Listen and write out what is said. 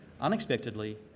unexpectedly